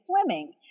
Fleming